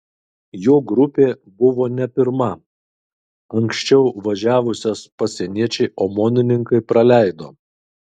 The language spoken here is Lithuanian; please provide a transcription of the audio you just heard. jo grupė buvo ne pirma anksčiau važiavusias pasieniečiai omonininkai praleido